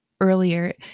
earlier